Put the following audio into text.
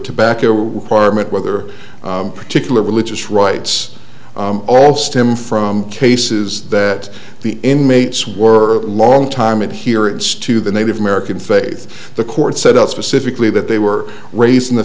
tobacco requirement whether a particular religious rights all stem from cases that the inmates were a long time and here it's to the native american faith the court set out specifically that they were raised in the